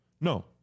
no